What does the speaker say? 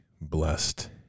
blessed